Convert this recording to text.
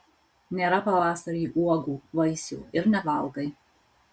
nėra pavasarį uogų vaisių ir nevalgai